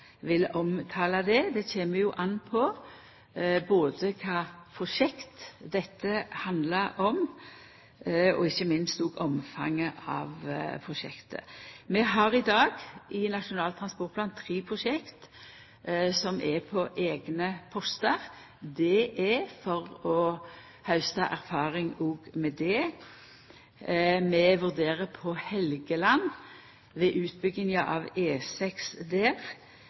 vil omtale det som – det kjem an på både kva prosjekt dette handlar om, og, ikkje minst, omfanget av prosjektet. Vi har i dag i Nasjonal transportplan tre prosjekt som er på eigne postar. Det er for å hausta erfaring òg med det. Vi vurderer ved utbygginga av